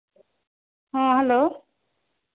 ᱦᱮᱸ ᱦᱮᱞᱳ